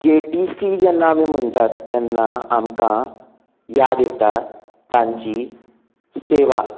KTC जेन्ना आमी म्हणटात तेन्ना आमकां याद येता तांची सेवा